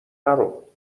نرو